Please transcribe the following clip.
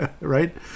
right